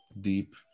deep